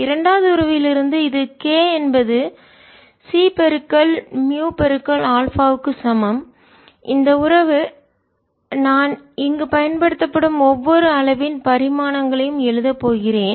இரண்டாவது உறவிலிருந்து இது k என்பது C மியூ ஆல்பா க்கு சமம் இந்த உறவு நான் இங்கு பயன்படுத்தப்படும் ஒவ்வொரு அளவின் பரிமாணங்களையும் எழுதப் போகிறேன்